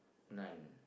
none